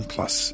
Plus